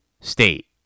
state